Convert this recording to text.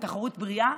ותחרות בריאה,